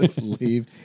Leave